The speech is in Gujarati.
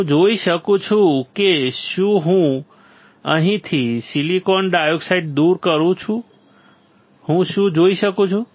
હું જોઈ શકું છું કે શું હું અહીંથી સિલિકોન ડાયોક્સાઈડ દૂર કરું છું હું શું જોઈ શકું છું